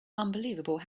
unbelievable